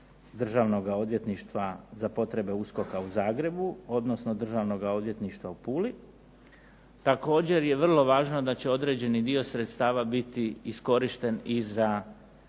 Državnog odvjetništva za potrebe USKOK-a u Zagrebu, odnosno Državnog odvjetništva u Puli. Također je vrlo važno da će određeni dio sredstava biti iskorišten i za